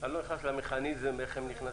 אני לא אכנס למכניזם של זה,